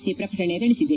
C ಪ್ರಕಟಣೆ ತಿಳಿಸಿದೆ